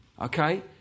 Okay